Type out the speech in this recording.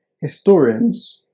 Historians